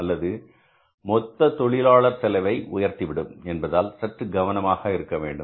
அல்லது மொத்த தொழிலாளர் செலவை உயர்த்தி விடும் என்பதால் சற்று கவனமாக இருக்க வேண்டும்